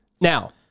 Now